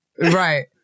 right